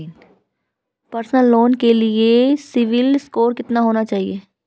Personal loan लेने के लिए सिबिल स्कोर कितना होना चाहिए?